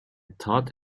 toad